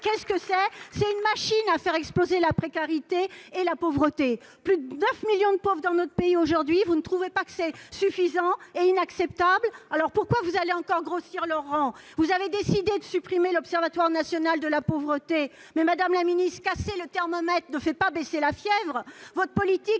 Qu'est-ce que votre réforme ? C'est une machine à faire exploser la précarité et la pauvreté ! Plus de neuf millions de pauvres dans notre pays aujourd'hui, ne trouvez-vous pas que c'est suffisant ? N'est-ce pas inacceptable ? Pourquoi faire encore grossir leurs rangs ? Vous avez décidé de supprimer l'Observatoire national de la pauvreté. Madame la ministre, casser le thermomètre ne fait pas baisser la fièvre ! Votre politique